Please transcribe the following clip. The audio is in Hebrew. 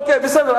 אוקיי, בסדר.